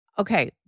Okay